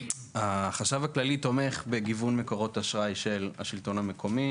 החשב הכללי תומך בגיוון מקורות אשראי של השלטון המקומי